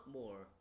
more